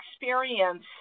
experience